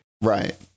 Right